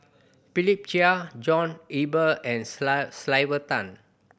Philip Chia John Eber and Sylvia Tan